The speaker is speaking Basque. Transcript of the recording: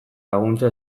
laguntza